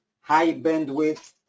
high-bandwidth